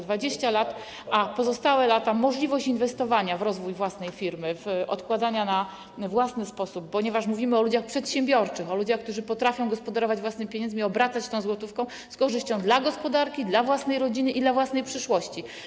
20 lat, a w pozostałe lata możliwość inwestowania w rozwój własnej firmy, odkładania we własny sposób, ponieważ mówimy o ludziach przedsiębiorczych, o ludziach, którzy potrafią gospodarować własnymi pieniędzmi, obracać złotówką z korzyścią dla gospodarki, dla własnej rodziny i dla własnej przyszłości.